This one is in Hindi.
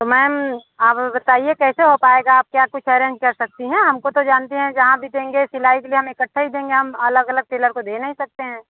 तो मैम आप हमे बताइए कैसे हो पाएगा आप क्या कुछ अरेंज कर सकती हैं हमको तो जानती हैं जहाँ भी देंगे सिलाई के लिए हम इकट्ठा ही देंगे हम अलग अलग टेलर को दे नहीं सकते हैं